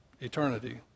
eternity